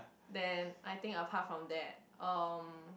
then I think apart from that um